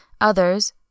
others